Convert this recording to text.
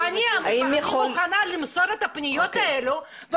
פניות ואני מוכנה למסור את הפניות האלה.